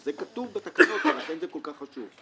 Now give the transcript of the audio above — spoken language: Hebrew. וזה כתוב בתקנות, ולכן זה כל כך חשוב.